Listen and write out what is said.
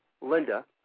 Linda